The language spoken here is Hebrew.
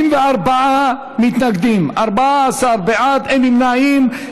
54 מתנגדים, 14 בעד, אין נמנעים.